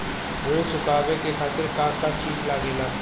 ऋण चुकावे के खातिर का का चिज लागेला?